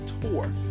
tour